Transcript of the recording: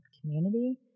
community